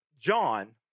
John